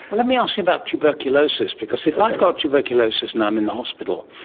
let me ask you about tuberculosis because if i've got tuberculosis and i'm in the hospital,